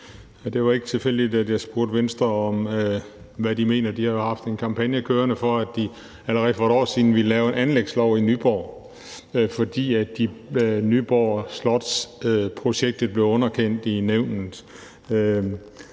det var ikke tilfældigt, at jeg spurgte Venstre, hvad de mener; de har jo haft en kampagne kørende for, at de allerede for et år siden ville lave en anlægslov i Nyborg, fordi Nyborg Slot-projektet blev underkendt i nævnet.